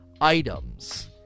items